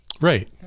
Right